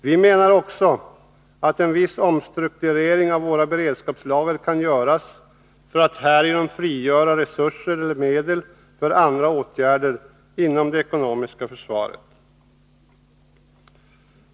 Vi menar också att en viss omstrukturering av våra beredskapslager kan ske för frigörande av medel för andra åtgärder inom det ekonomiska försvaret.